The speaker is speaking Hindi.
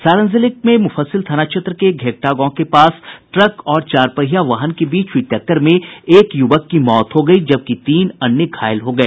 सारण जिले में मुफस्सिल थाना क्षेत्र के घेघटा गांव के पास ट्रक और चार पहिया वाहन के बीच हुई टक्कर में एक युवक की मौत हो गयी जबकि तीन अन्य घायल हो गए